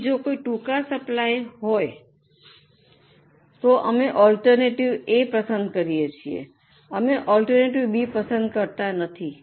તેથી જો કંઈક ટૂંકા સપ્લાઇમાં હોય તો અમે ઑલ્ટર્નટિવ A પસંદ કરીએ છીએ અમે ઑલ્ટર્નટિવ B પસંદ કરતા નથી